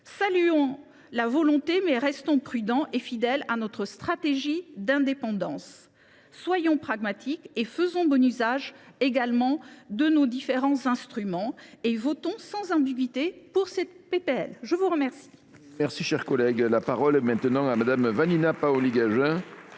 Saluons la volonté, mais restons prudents et fidèles à notre stratégie d’indépendance. Soyons pragmatiques et faisons bon usage également de nos différents instruments. En un mot, votons sans ambiguïté cette proposition de loi